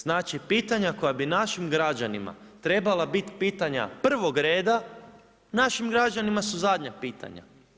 Znači, pitanja koja bi našim građanima trebala biti pitanja prvog reda, našim građanima su zadnja pitanja.